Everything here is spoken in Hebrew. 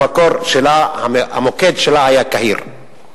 המוקד שלה היה קהיר.